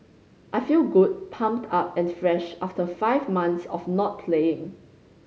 I feel good pumped up and fresh after five months of not playing